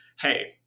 hey